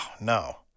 no